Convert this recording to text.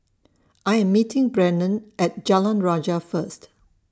I Am meeting Brennon At Jalan Rajah First